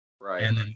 Right